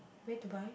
where to buy